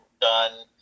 done